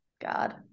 God